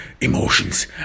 emotions